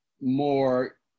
More